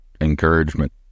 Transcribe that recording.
encouragement